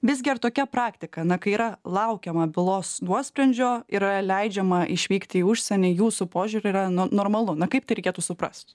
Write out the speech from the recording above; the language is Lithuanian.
visgi ar tokia praktika na kai yra laukiama bylos nuosprendžio yra leidžiama išvykti į užsienį jūsų požiūriu yra nu normalu na kaip tai reikėtų suprast